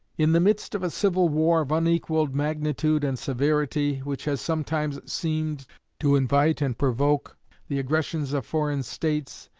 in the midst of a civil war of unequalled magnitude and severity, which has sometimes seemed to invite and provoke the aggressions of foreign states,